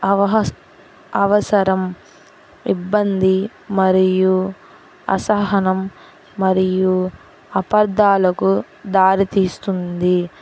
అవసరం ఇబ్బంది మరియు అసహనం మరియు అపార్ధాలకు దారితీస్తుంది